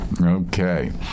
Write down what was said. Okay